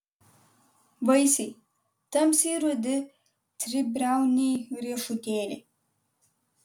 vaisiai tamsiai rudi tribriauniai riešutėliai